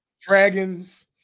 Dragons